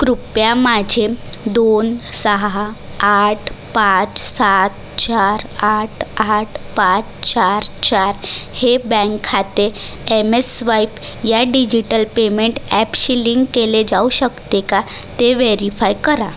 कृपया माझे दोन सहा आठ पाच सात चार आठ आठ पाच चार चार हे बँक खाते एमएस्वाईप ह्या डिजिटल पेमेंट ॲपशी लिंक केले जाऊ शकते का ते व्हेरीफाय करा